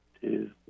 two